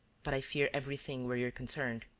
but i fear everything where you're concerned.